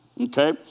okay